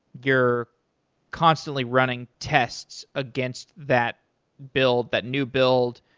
you're constantly running tests against that build, that new build,